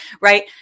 right